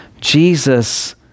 Jesus